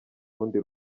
rundi